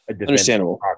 Understandable